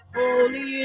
holy